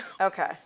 Okay